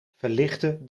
verlichte